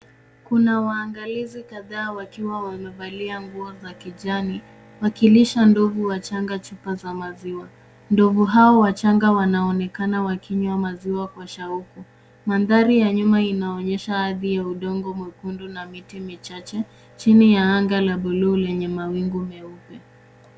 Kuna waangalizi kadhaa wakiwa wamevalia nguo za kijani wakilisha ndovu wachanga chupa za maziwa. Ndovu hao wachanga wanaonekana wakinywa maziwa kwa shauku. Mandhari ya nyuma inaonyesha ardhi ya udongo mwekundu na miti michache chini ya anga la buluu lenye mawingu meupe.